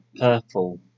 purple